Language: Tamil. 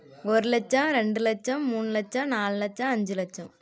ஒரு லட்சம் ரெண்டு லட்சம் மூணு லட்சம் நாலு லட்சம் அஞ்சு லட்சம்